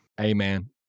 Amen